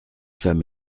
femme